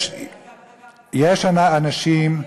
יש אנשים,